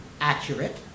accurate